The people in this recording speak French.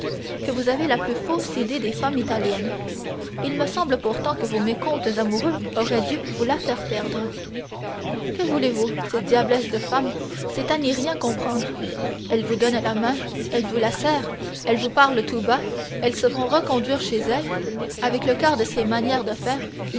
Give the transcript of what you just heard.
que vous avez la plus fausse idée des femmes italiennes il me semble pourtant que vos mécomptes amoureux auraient dû vous la faire perdre que voulez-vous ces diablesses de femmes c'est à n'y rien comprendre elles vous donnent la main elles vous la serrent elles vous parlent tout bas elles se font reconduire chez elles avec le quart de ces manières de faire